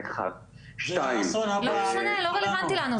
זה לא רלוונטי לנו.